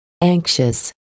anxious